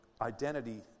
identity